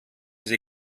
sie